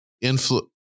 influence